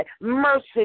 Mercy